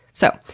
so,